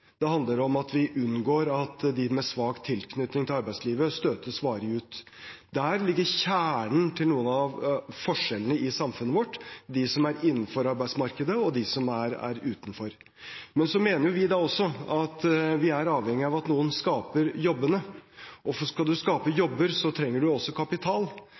det handler om at vi unngår at de med svak tilknytning til arbeidslivet, støtes varig ut. Der ligger kjernen til noen av forskjellene i samfunnet vårt: de som er innenfor arbeidsmarkedet, og de som er utenfor. Men så mener vi også at vi er avhengig av at noen skaper jobbene, og skal man skape jobber, trenger man også kapital.